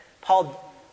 Paul